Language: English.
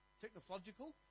technological